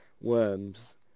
Worms